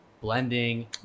blending